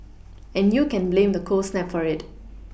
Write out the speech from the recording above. and you can blame the cold snap for it